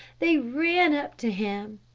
they ran up to him,